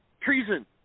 treason